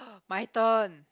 my turn